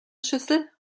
schüssel